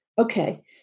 Okay